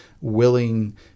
willing